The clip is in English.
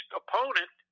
opponent